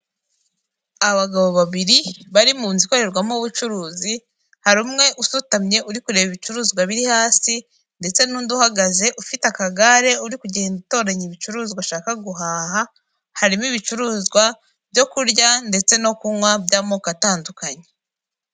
Abagabo babiri bari mu nzu ikorerwamo ubucuruzi, hari umwe usutamye uri kureba ibicuruzwa biri hasi, ndetse n'undi uhagaze ufite akagare uri kugenda utoranya ibicuruzwa ashaka guhaha, harimo ibicuruzwa byo kurya ndetse no kunywa by'amoko atandukanye.